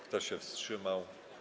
Kto się wstrzymał?